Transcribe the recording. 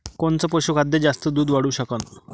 कोनचं पशुखाद्य जास्त दुध वाढवू शकन?